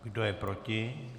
Kdo je proti?